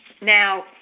Now